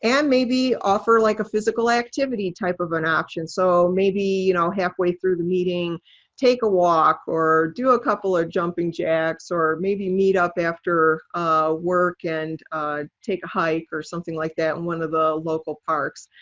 and maybe offer like a physical activity type of an option. so maybe you know halfway through the meeting take a walk, or do a couple of jumping jacks, or maybe meet up after work and take a hike or something like that, in one of the local parks.